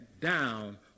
down